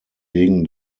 wegen